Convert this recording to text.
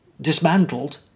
dismantled